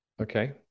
okay